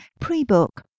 Pre-book